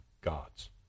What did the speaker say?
gods